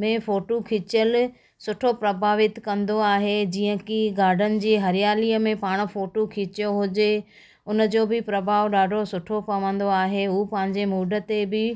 में फ़ोटू खिचियल सुठो प्रभावित कंदो आहे जीअं कि गार्डन जी हरियालीअ में पाण फ़ोटू खिचियो हुजे उन जो बि प्रभाव ॾाढो सुठो पवंदो आहे हू पंहिंजे मूड ते बि